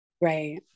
right